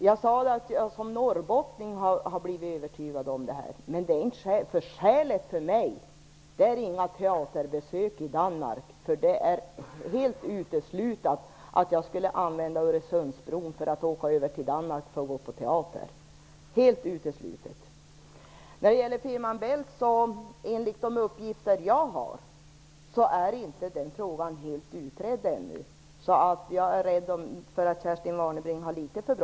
Jag sade att jag som norrbottning har blivit övertygad om detta, men skälet för mig är inga teaterbesök i Danmark. Det är helt uteslutet att jag skulle använda Öresundsbron för att åka över till Danmark för att gå på teater.